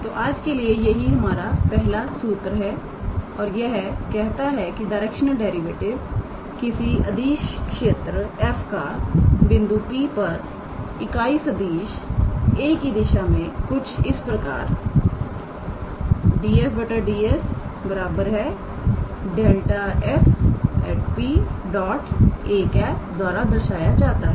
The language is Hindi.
तो आज के लिए यही हमारा पहला सूत्र है और यह कहता है कि डायरेक्शनल डेरिवेटिव किसी अदिश क्षेत्र f का बिंदु 𝑃𝑥 𝑦 𝑧 पर इकाई सदिश 𝑎̂ की दिशा में कुछ इस प्रकार 𝑑𝑓𝑑𝑠 ∇⃗ 𝑓𝑃 𝑎̂ द्वारा दर्शाया जाता है